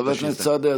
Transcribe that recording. חבר הכנסת סעדי,